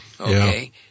Okay